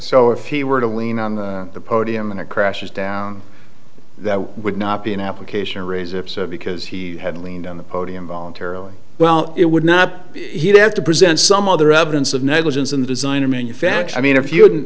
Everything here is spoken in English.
so if he were to lean on the podium in a crash down that would not be an application or res ipsa because he had leaned on the podium voluntarily well it would not he'd have to present some other evidence of negligence in the design or manufacture i mean if you